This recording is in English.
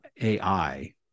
AI